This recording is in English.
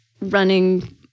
running